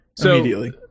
immediately